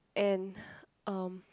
and um